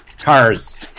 Cars